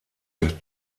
der